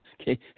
okay